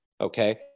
okay